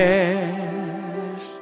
Yes